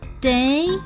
day